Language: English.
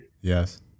Yes